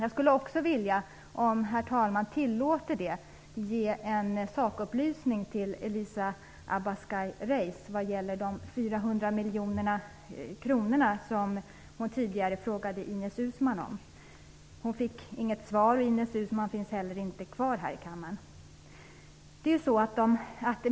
Om herr talmannen tillåter det, skall jag också ge en sakupplysning till Elisa Abascal Reyes vad gäller de 400 miljoner kronor som hon tidigare frågade Ines Uusmann om. Hon fick inget svar, och Ines Uusmann finns inte kvar här i kammaren.